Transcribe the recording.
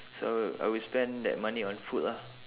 so I will spend that money on food lah